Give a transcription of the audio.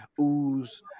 ooze